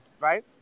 right